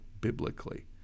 biblically